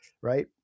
right